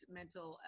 mental